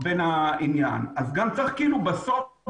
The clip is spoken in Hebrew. אז גם צריך כאילו בסוף,